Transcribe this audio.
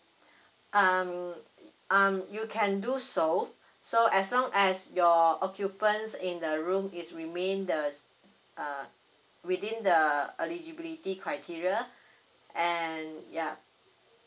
um um you can do so so as long as your occupants in the room is remain the err within the err eligibility criteria and yeah